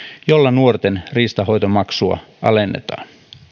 jolla nuorten riistanhoitomaksua alennetaan